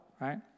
right